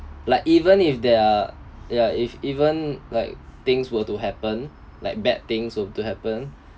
like even if there are ya if even like things were to happen like bad things were to happen